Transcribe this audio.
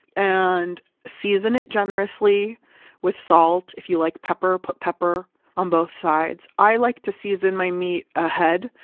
and season it generously with salt. if you like pepper, put pepper on both sides. i like to season my meat ahead.